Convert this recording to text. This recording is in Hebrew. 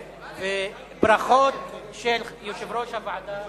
ברכות של יושב-ראש הוועדה,